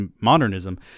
Modernism